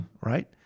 right